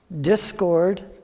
discord